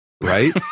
Right